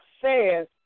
says